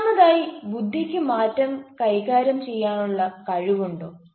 രണ്ടാമതായി ബുദ്ധിക്ക് മാറ്റം കൈകാര്യം ചെയ്യാനുള്ള കഴിവുണ്ടോ